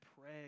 pray